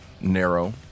narrow